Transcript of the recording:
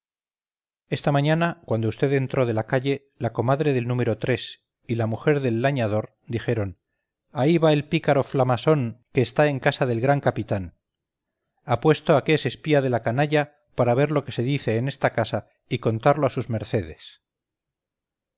esta mañana cuando vd entró de la calle la comadre del núm y la mujer del lañador dijeron ahí va el pícaro flamasón que está en casa del gran capitán apuesto a que es espía de la canalla para ver lo que se dice en esta casa y contarlo a sus mercedes